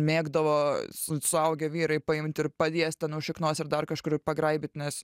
mėgdavo su suaugę vyrai paimt ir paliest ten už šiknos ir dar kažkur pagraibyt nes